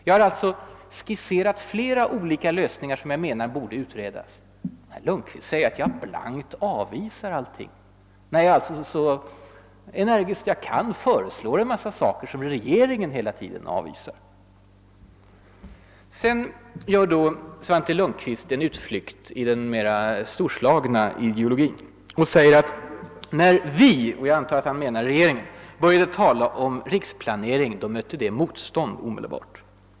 Jag har alltså skisserat flera olika lösningar, som jag menar borde utredas. Men herr Lundkvist säger att jag blankt avvisar allt när jag energiskt föreslår åtgärder som regeringen genomgående avvisar. Svante Lundkvist gör härefter en utflykt till den mera storslagna ideologin och säger att vi — jag antar att han därmed menar regeringen — mötte motstånd när man började tala om riksplaneringen.